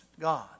God